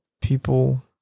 people